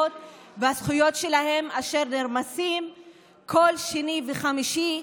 והזכויות שלהן אשר נרמסות כל שני וחמישי,